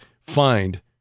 find